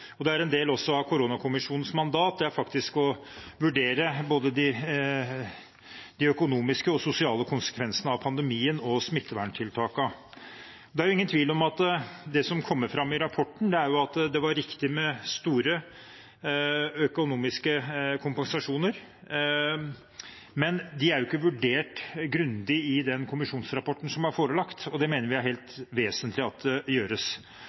det er også en viktig del av beredskapen. En del av koronakommisjonens mandat er faktisk å vurdere både de økonomiske og de sosiale konsekvensene av pandemien og smitteverntiltakene. Det er ingen tvil, det som kommer fram i rapporten, er at det var riktig med store, økonomiske kompensasjoner. Men de er ikke vurdert grundig i kommisjonsrapporten som er forelagt, og det mener vi er helt vesentlig at gjøres. Det